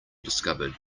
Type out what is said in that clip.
discovered